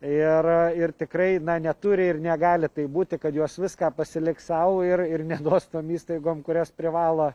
ir ir tikrai neturi ir negali taip būti kad jos viską pasiliks sau ir ir neduos tom įstaigom kurias privalo